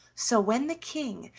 so, when the king,